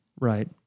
Right